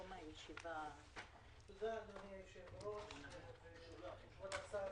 תודה, אדוני היושב-ראש וכבוד השר